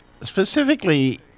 specifically